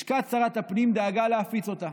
לשכת שרת הפנים דאגה להפיץ אותה.